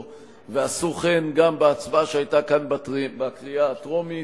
ועשו כן גם בהצבעה שהיתה כאן בקריאה הטרומית.